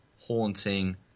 haunting